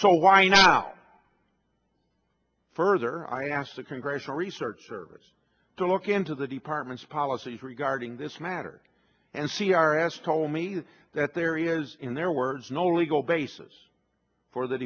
so why now further i asked the congressional research service to look into the department's policies regarding this matter and c r s told me that there is in their words no legal basis for th